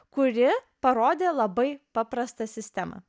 kuri parodė labai paprastą sistemą